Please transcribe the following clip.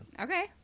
okay